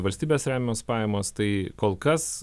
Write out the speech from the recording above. valstybės remiamos pajamos tai kol kas